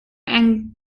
often